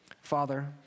Father